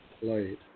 played